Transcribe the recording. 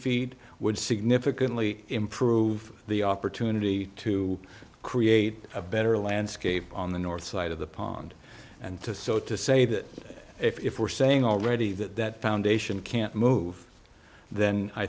feet would significantly improve the opportunity to create a better landscape on the north side of the pond and to so to say that if we're saying already that foundation can't move then i